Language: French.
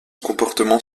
comportement